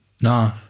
No